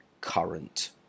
current